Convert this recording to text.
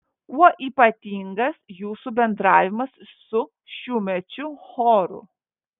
kuo ypatingas jūsų bendravimas su šiųmečiu choru